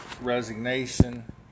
resignation